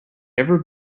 ever